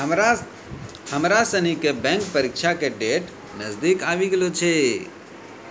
हमरा सनी के बैंक परीक्षा के डेट नजदीक आवी गेलो छै